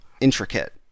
intricate